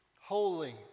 Holy